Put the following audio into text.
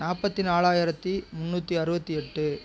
நாற்பத்தி நாலாயிரத்தி முன்னூற்றி அறுபத்தி எட்டு